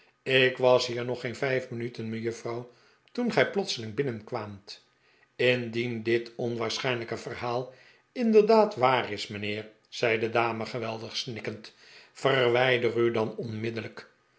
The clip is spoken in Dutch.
ik was hier nog geen vijf minuten mejuffrouw toen gij plotseling binnenkwaamt indien dit onwaarschijnlijke verhaal inderdaad waar is mijnheer zei de dame geweldig snikkend verwijder u dan onmiddellijk